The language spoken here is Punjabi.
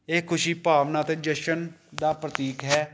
ਇਹ ਖੁਸ਼ੀ ਭਾਵਨਾ ਅਤੇ ਜਸ਼ਨ ਦਾ ਪ੍ਰਤੀਕ ਹੈ